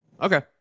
Okay